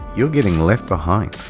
you're getting left behind.